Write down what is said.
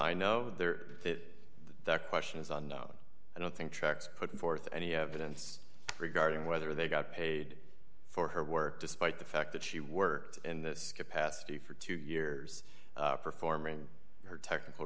i know there it that question is unknown i don't think tracks put forth any evidence regarding whether they got paid for her work despite the fact that she worked in this capacity for two years performing her technical